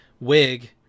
wig